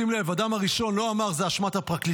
שים לב, אדם הראשון לא אמר שזו אשמת הפרקליטות,